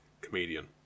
comedian